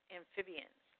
amphibians